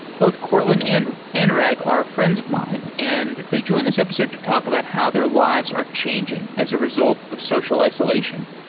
both courtland and anurag are friends of mine and they join this episode to talk about how their lives are changing as a result of social isolation.